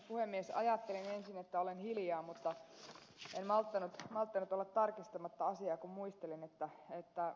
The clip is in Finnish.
ajattelin ensin että olen hiljaa mutta en malttanut olla tarkistamatta asiaa kun muistelen että ed